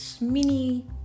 mini